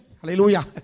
Hallelujah